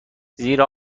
زیرا